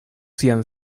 sian